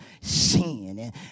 sin